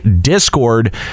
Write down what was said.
Discord